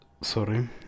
sorry